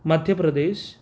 Madhya Pradesh